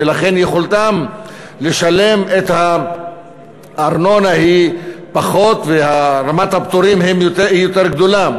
ולכן יכולתם לשלם את הארנונה היא פחותה ורמת הפטורים היא יותר גדולה.